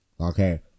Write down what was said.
Okay